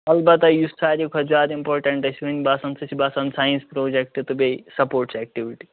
اَلبتاہ یُس سارِوٕے کھۄتہٕ زیادٕ اِمپارٹٮ۪نٹہٕ أسۍ وۅنۍ باسان سۄ چھِ باسان ساینَس پرٛوجٮ۪کٹ تہٕ بیٚیہِ سَپورٹٕس ایکٹیٛوٗٹیٖز